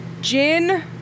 Gin